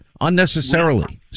unnecessarily